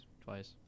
twice